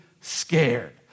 scared